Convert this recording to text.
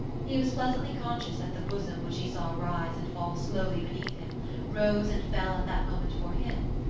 he was pleasantly conscious that the bosom which he saw rise and fall slowly beneath him rose and fell at that moment for him,